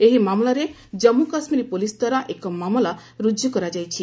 ଏହି ମାମଲାରେ ଜନ୍ମୁ କାଶ୍ମୀର ପୁଲିସ୍ ଦ୍ୱାରା ଏକ ମାମଲା ରୁଜୁ କରାଯାଇଛି